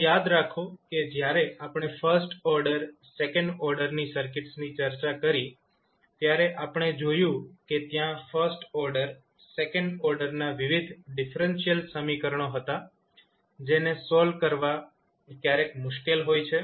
તો યાદ રાખો કે જયારે આપણે ફર્સ્ટ ઓર્ડર સેકન્ડ ઓર્ડર ની સર્કિટ્સની ચર્ચા કરી ત્યારે આપણે જોયું કે ત્યાં ફર્સ્ટ ઓર્ડર સેકન્ડ ઓર્ડરના વિવિધ ડિફરન્શિયલ સમીકરણો હતા જેને સોલ્વ કરવા ક્યારેક મુશ્કેલ હોય છે